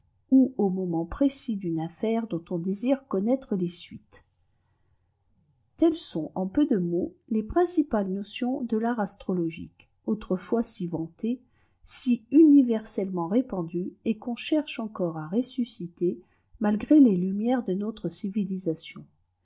ou au moment précis d'une affaire dont on désire connaître les suites t telles sont en peue mots les principales notions de l'art astrologique autrefois si vanté si universellement répandu et qu'cm cherche encore à ressusciter malgré les lumières de notre civilisation